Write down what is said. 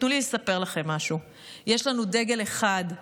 תנו לי לספר לכם משהו: יש לנו דגל אחד,